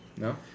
No